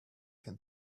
can